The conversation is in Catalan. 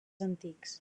antics